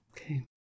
Okay